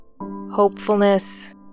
Hopefulness